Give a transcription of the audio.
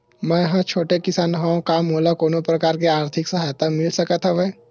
मै ह छोटे किसान हंव का मोला कोनो प्रकार के आर्थिक सहायता मिल सकत हवय?